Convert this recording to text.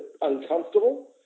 uncomfortable